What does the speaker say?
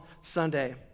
Sunday